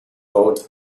wrote